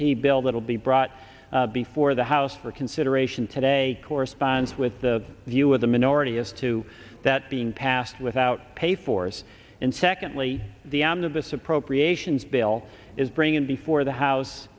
t bill that will be brought before the house for consideration today corresponds with the view of the minority as to that being without pay for us and secondly the end of this appropriations bill is bringing before the house